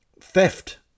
theft